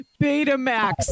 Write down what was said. Betamax